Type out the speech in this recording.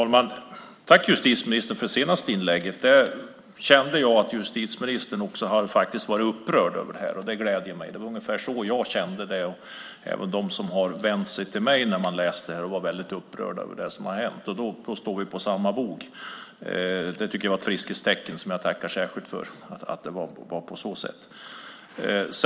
Fru talman! Tack, justitieministern, för det senaste inlägget! Där kände jag att också hon faktiskt var upprörd över detta, och det gläder mig. Det var ungefär så jag och de som har vänt sig till mig kände när vi läste om detta. Vi var mycket upprörda. Då står vi på samma bok. Det tycker jag är ett friskhetstecken som jag tackar särskilt för.